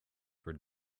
for